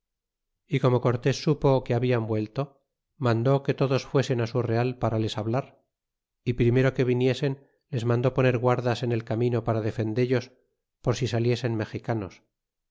y como cortés supo que habian vuelto mandó que todos fuesen su real para les hablar y primero que viniesen les mandó poner guardas en el camino para defendellos por si saliesen mexicanos